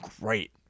great